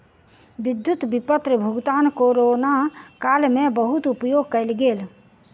विद्युत विपत्र भुगतान कोरोना काल में बहुत उपयोग कयल गेल